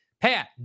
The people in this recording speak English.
Pat